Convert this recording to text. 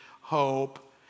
hope